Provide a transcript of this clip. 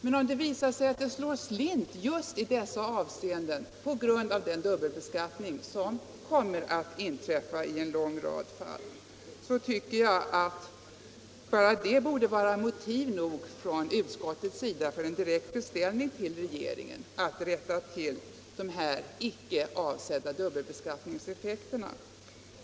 Men om det visar sig att det slår slint just i dessa avseenden på grund av den dubbelbeskattning som kommer att inträffa i en lång rad fall, så tycker jag att bara det borde vara motiv nog för en direkt beställning från utskottets sida till regeringen att rätta till dessa icke avsedda dubbelbeskattningseffekter.